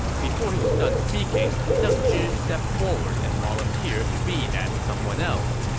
before he was done speaking, deng zhi stepped forward and volunteered to be that someone else.